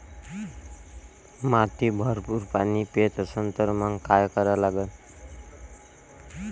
माती भरपूर पाणी पेत असन तर मंग काय करा लागन?